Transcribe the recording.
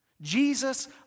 Jesus